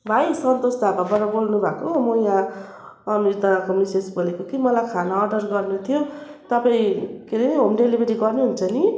भाइ सन्तोष ढाभाबाट बोल्नु भएको म यहाँ अमीर दादाको मिसेस बोलेको कि मलाई खाना अर्डर गर्नु थियो तपाईँ के अरे होम डेलीभरी गर्नु हुन्छ नि